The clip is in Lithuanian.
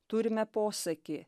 turime posakį